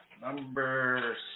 Number